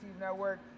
Network